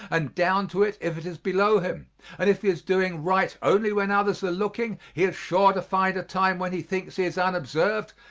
and down to it, if it is below him and if he is doing right only when others are looking he is sure to find a time when he thinks he is unobserved,